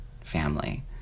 family